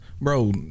bro